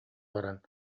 баран